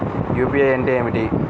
UPI అంటే ఏమిటి?